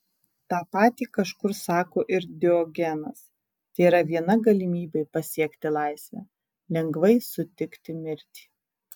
tą patį kažkur sako ir diogenas tėra viena galimybė pasiekti laisvę lengvai sutikti mirtį